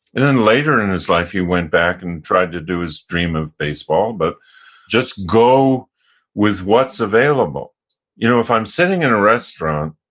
then later in his life, he went back and tried to do his dream of baseball, but just go with what's available you know if i'm sitting in a restaurant,